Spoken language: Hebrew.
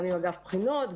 גם עם אגף בחינות,